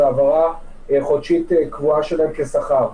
זו העברה חודשית קבועה שלהם של שכר.